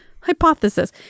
hypothesis